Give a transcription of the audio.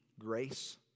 grace